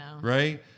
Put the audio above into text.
Right